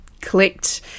clicked